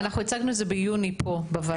אנחנו הצגנו את זה ביוני פה בוועדה.